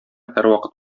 һәрвакыт